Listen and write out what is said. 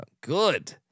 good